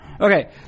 Okay